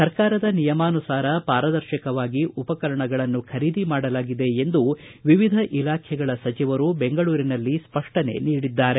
ಸರ್ಕಾರದ ನಿಯಮಾನುಸಾರ ಪಾರದರ್ಶಕವಾಗಿ ಉಪಕರಣಗಳನ್ನು ಖರೀದಿ ಮಾಡಲಾಗಿದೆ ಎಂದು ವಿವಿಧ ಇಲಾಖೆಗಳ ಸಚಿವರು ಬೆಂಗಳೂರಿನಲ್ಲಿ ಸ್ವಷ್ಟನೆ ನೀಡಿದ್ದಾರೆ